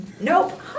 Nope